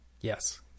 Yes